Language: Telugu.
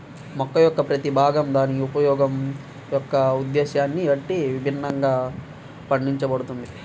మొక్క యొక్క ప్రతి భాగం దాని ఉపయోగం యొక్క ఉద్దేశ్యాన్ని బట్టి విభిన్నంగా పండించబడుతుంది